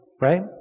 right